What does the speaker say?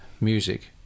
music